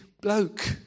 bloke